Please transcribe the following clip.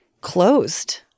closed